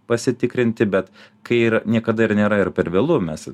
pasitikrinti bet kai ir niekada ir nėra ir per vėlu mes